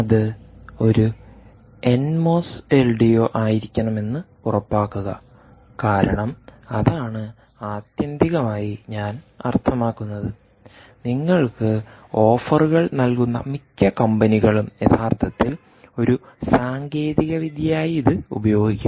അത് ഒരു N MOS LDO ആയിരിക്കണം എന്ന് ഉറപ്പാക്കുക കാരണം അതാണ് ആത്യന്തികമായി ഞാൻ അർത്ഥമാക്കുന്നത് നിങ്ങൾക്ക് ഓഫറുകൾ നൽകുന്ന മിക്ക കമ്പനികളും യഥാർത്ഥത്തിൽ ഒരു സാങ്കേതികവിദ്യയായി ഇത് ഉപയോഗിക്കും